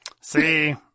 See